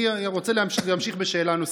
אני רוצה להמשיך בשאלה נוספת.